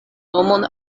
nomon